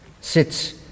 sits